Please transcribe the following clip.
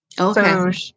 Okay